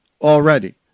already